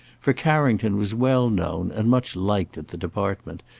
for carrington was well known and much liked at the department,